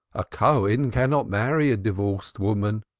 a cohen cannot marry a divorced woman.